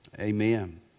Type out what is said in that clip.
Amen